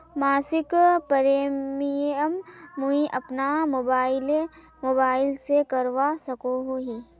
मासिक प्रीमियम मुई अपना मोबाईल से करवा सकोहो ही?